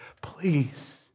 please